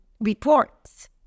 reports